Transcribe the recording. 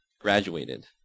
graduated